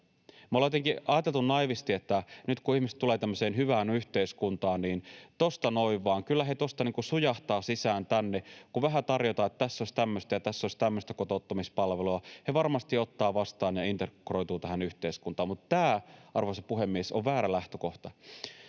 Me ollaan jotenkin ajateltu naiivisti, että nyt kun ihmiset tulevat tämmöiseen hyvään yhteiskuntaan, niin tuosta noin vain, kyllä he tuosta niin kuin sujahtavat sisään tänne — kun vähän tarjotaan, että tässä olisi tämmöistä ja tässä olisi tämmöistä kotouttamispalvelua, he varmasti ottavat vastaan ja integroituvat tähän yhteiskuntaan. Mutta tämä, arvoisa puhemies, on väärä lähtökohta.